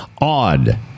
odd